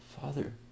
Father